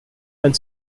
and